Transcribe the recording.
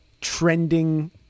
trending